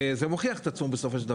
וזה מוכיח את עצמו בסופו של דבר.